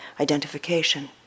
identification